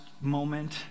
moment